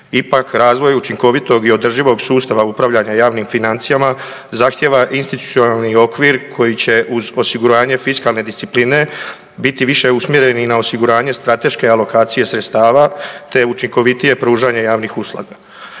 Ipak razvoj učinkovitog i održivog sustava upravljanja javnim financijama zahtjeva institucionalni okvir koji će uz osiguranje fiskalne discipline biti više usmjeren i na osiguranje strateške alokacije sredstava, te učinkovitije pružanje javnih usluga.